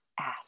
ask